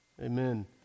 Amen